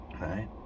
right